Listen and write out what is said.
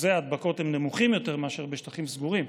אחוזי ההדבקות נמוכים יותר מאשר בשטחים סגורים.